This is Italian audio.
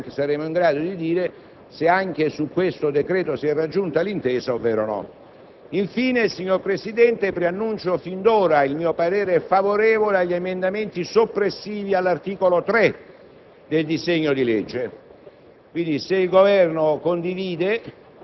in modo che nella seduta pomeridiana prevista per domani saremo in grado di dire se anche su questo decreto si è raggiunta l'intesa ovvero no. Infine, signor Presidente, preannuncio fin d'ora il mio parere favorevole agli emendamenti soppressivi dell'articolo 3